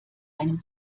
einem